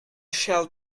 shall